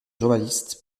journaliste